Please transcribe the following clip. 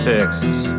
Texas